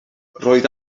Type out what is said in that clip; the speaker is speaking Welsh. roedd